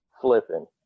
flipping